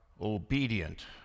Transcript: obedient